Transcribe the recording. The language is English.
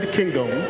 Kingdom